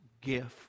gift